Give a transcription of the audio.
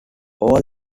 all